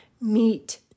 meet